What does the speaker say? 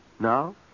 Now